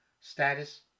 status